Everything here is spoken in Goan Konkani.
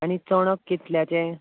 आनी चोणोक कितल्याचें